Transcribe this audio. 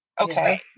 Okay